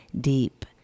deep